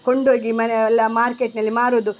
ಕೊಂಡೋಗಿ ಮನೆ ಎಲ್ಲ ಮಾರ್ಕೆಟ್ನಲ್ಲಿ ಮಾರೋದು